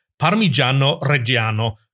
Parmigiano-Reggiano